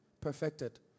perfected